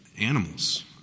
animals